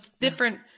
different